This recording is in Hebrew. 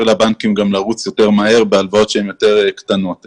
לבנקים לרוץ יותר מהר בהלוואות שהן יותר קטנות,